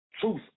truth